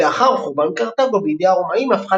ולאחר חורבן קרתגו בידי הרומאים הפכה